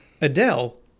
Adele